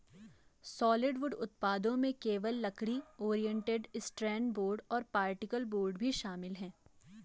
solid wood उत्पादों में केवल लकड़ी, ओरिएंटेड स्ट्रैंड बोर्ड और पार्टिकल बोर्ड भी शामिल है